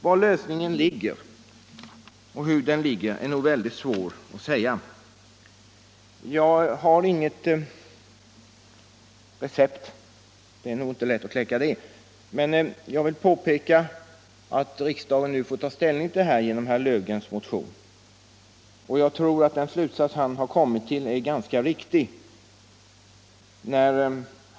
Hur problemet skall lösas är mycket svårt att säga. Jag har inget recept — det är inte så lätt att ge ett sådant — men jag vill påpeka att riksdagen nu får ta ställning till frågan med anledning av herr Löfgrens motion. Den slutsats han har kommit till tror jag är ganska riktig.